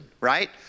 right